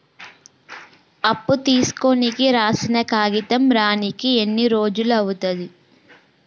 అప్పు తీసుకోనికి రాసిన కాగితం రానీకి ఎన్ని రోజులు అవుతది?